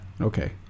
Okay